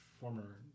former